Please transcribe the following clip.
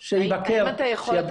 סטארט אפים וחברות מבוססות